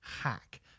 hack